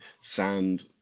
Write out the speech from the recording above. sand